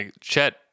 Chet